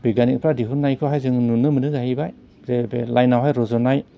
बिग्यानिगफ्रा दिहुननायखौहाय जों नुनो मोनो जाहैबाय जे बे लाइनावहाय रज'नाय